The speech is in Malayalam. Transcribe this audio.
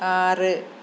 ആറ്